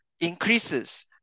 increases